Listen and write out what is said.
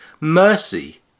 Mercy